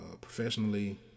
professionally